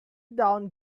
down